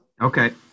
Okay